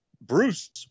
Bruce